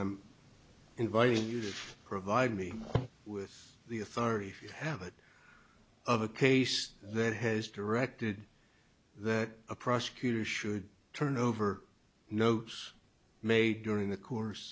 i'm inviting you to provide me with the authority have it of a case that has directed that a prosecutor should turn over notes made during the course